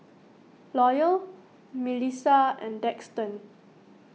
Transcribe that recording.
Loyal Milissa and Daxton